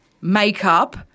makeup